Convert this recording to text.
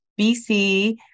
bc